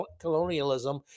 colonialism